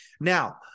Now